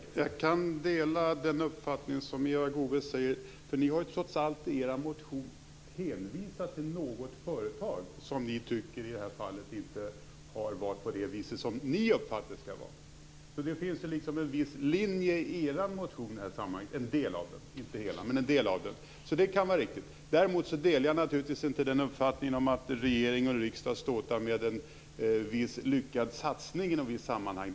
Fru talman! Jag kan dela Eva Goës uppfattning. Ni har trots allt i er motion hänvisat till "något företag", som ni tycker inte har varit så som ni tycker att det skall vara. Men det finns en viss linje i en del av motionen. Däremot delar jag naturligtvis inte uppfattningen att regering och riksdag skulle ståta med en viss lyckad satsning i något sammanhang.